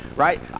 right